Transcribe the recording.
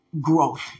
growth